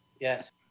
Yes